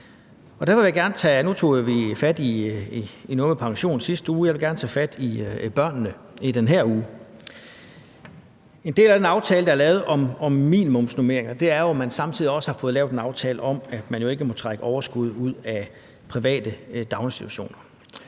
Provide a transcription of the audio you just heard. Nu tog vi fat i noget med pension i sidste uge, og i den her uge vil jeg gerne tage fat i børnene. En del af den aftale, der er lavet om minimumsnormeringer, er jo, at man samtidig også har fået lavet en aftale om, at man ikke må trække overskud ud af private daginstitutioner.